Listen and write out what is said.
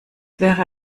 wäre